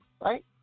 Right